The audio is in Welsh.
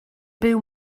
byw